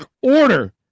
Order